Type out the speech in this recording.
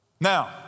Now